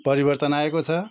परिवर्तन आएको छ